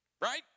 right